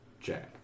Jack